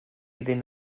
iddyn